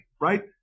right